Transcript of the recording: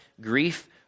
grief